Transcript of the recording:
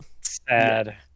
sad